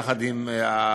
יחד עם הגורמים